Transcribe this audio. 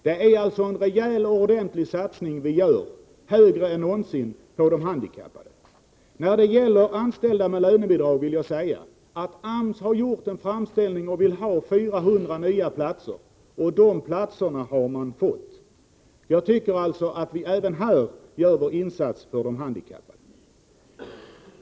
Det är alltså en rejäl och ordentlig satsning, större än någonsin, som vi gör när det gäller de handikappade. Beträffande anställda med lönebidrag vill jag säga att AMS har gjort en framställning om 400 nya platser. De platserna har AMS fått. Jag tycker alltså att vi även där gör vår insats för de handikappade.